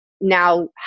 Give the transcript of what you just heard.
now